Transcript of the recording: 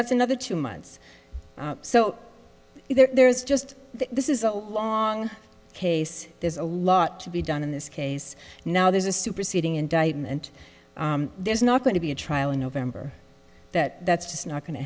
that's another two months so there's just this is a long case there's a lot to be done in this case now there's a superseding indictment there's not going to be a trial in november that that's just not go